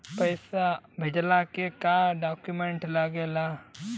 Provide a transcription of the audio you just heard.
पैसा भेजला के का डॉक्यूमेंट लागेला?